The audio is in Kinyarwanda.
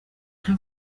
nta